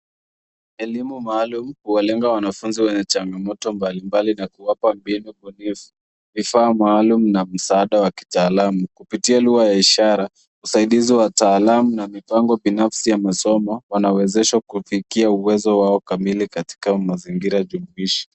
Elimu maalumu huwalenga wanafunzi wenye changamoto mbalimbali na kuwapa mbinu bunifu, vifaa maalumu na visaada wa kitaalamu kupitia lugha ya ishara, usaidizi wa taalamu na mipango binafsi ya masomo, wanawezeshwa kufikia uwezo wao kamili katika mazingira jumuishi.